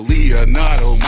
Leonardo